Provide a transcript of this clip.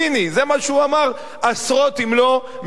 זה מה שהוא אמר עשרות אם לא מאות פעמים.